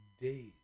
days